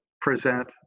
present